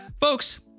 folks